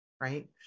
Right